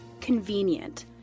convenient